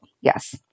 Yes